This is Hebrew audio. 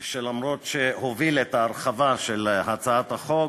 שלמרות שהוביל את ההרחבה של הצעת החוק,